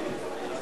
אני מבקש סליחה.